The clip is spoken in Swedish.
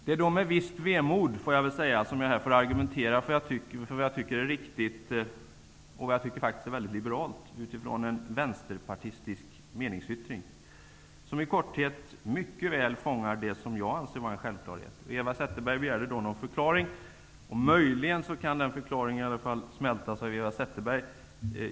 Det är därför med visst vemod, får jag väl säga, som jag här får argumentera för vad jag tycker är riktigt -- och vad jag faktiskt tycker är väldigt liberalt -- utifrån en vänsterpartistisk meningsyttring. I korthet fångar den mycket väl det som jag anser vara en självklarhet. Eva Zetterberg begärde en förklaring. Möjligen kan min förklaring smältas av Eva Zetterberg.